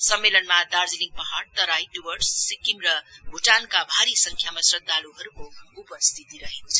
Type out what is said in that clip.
सम्मेलनमा दार्जीलिङ पहाड़ तराई डुवर्स सिक्किम र भुटानका भारी संख्यामा श्रद्धालुहरुको उपस्थिति रहेको छ